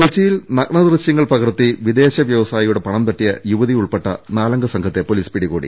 കൊച്ചിയിൽ നഗ്നദൃശ്യങ്ങൾ പകർത്തി വിദേശ വ്യവസായിയുടെ പണം തട്ടിയ യുവതി ഉൾപ്പെട്ട നാലംഗസംഘത്തെ പോലീസ് പിടികൂടി